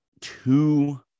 two